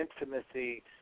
intimacy